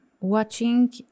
watching